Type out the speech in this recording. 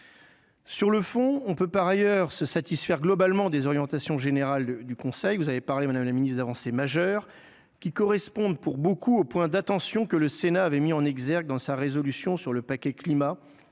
Sur le fond, on peut par ailleurs se satisfaire globalement des orientations générales du vous avez parlé, Madame la ministre d'avancée majeure qui correspondent pour beaucoup au point d'attention que le Sénat avait mis en exergue dans sa résolution sur le paquet climat